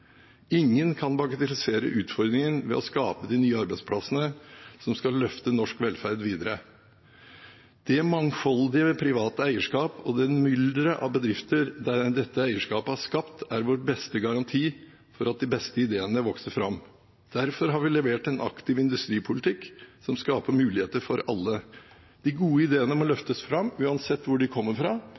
Ingen kan bagatellisere utfordringen ved å skape de nye arbeidsplassene som skal løfte norsk velferd videre. Det mangfoldige private eierskap og det mylderet av bedrifter dette eierskapet har skapt, er vår beste garanti for at de beste ideene vokser fram. Derfor har vi levert en aktiv industripolitikk som skaper muligheter for alle. De gode ideene må løftes fram, uansett hvor de kommer fra,